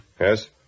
Yes